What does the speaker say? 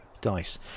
dice